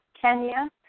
Kenya